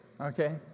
okay